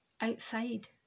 outside